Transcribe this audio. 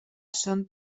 són